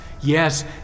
yes